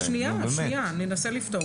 שנייה, ננסה לפתור.